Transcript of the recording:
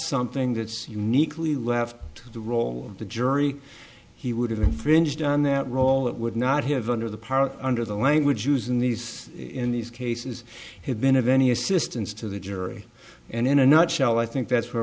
something that's uniquely left to the role of the jury he would have infringed on that role that would not have under the part under the language used in these in these cases have been of any assistance to the jury and in a nutshell i think that's where